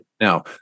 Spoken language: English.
now